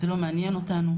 זה לא מעניין אותנו.